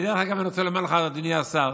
ודרך אגב, אני רוצה לומר לך, אדוני השר,